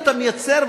אתה מייצר,